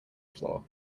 floor